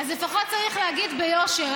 אז לפחות צריך להגיד ביושר.